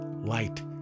light